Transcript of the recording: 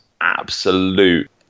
absolute